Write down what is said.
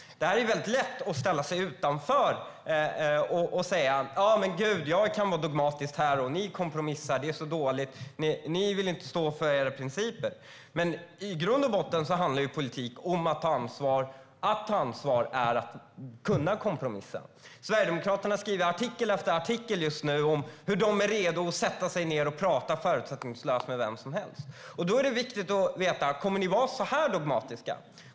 Det är lätt att ställa sig utanför och säga: Gud! Jag kan vara dogmatisk här, och ni kompromissar. Det är så dåligt. Ni vill inte stå för era principer. I grund och botten handlar politik om att ta ansvar, och att ta ansvar innebär att kunna kompromissa. Sverigedemokraterna skriver artikel efter artikel om hur de är redo att sätta sig ned och prata förutsättningslöst med vem som helst. Då är det viktigt att veta om ni kommer att vara så dogmatiska.